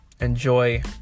enjoy